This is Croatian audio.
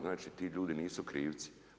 Znači ti ljudi nisu krivci.